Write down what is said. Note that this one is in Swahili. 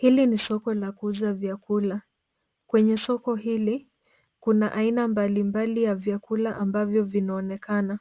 Hili ni soko la kuuza vyakula. Kwenye soko hili kuna aina mbalimbali ya vyakula ambavyo vinaonekana.